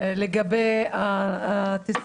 את רשימת הנוסעים